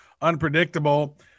unpredictable